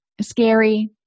scary